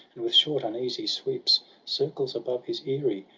and with short uneasy sweeps circles above his eyry,